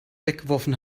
weggeworfen